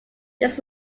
this